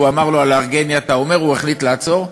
הוא אמר לו: "הלהרגני אתה אומר?" הוא החליט לעצור,